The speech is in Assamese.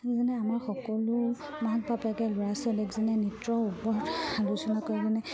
যেনে আমাৰ সকলো মা কবাপেকে ল'ৰা ছোৱালীক যেনে নৃত্যৰ ওপৰত আলোচনা কৰি মানে